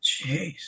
Jeez